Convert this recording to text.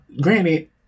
granted